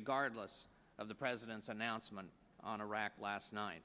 regardless of the president's announcement on iraq last nine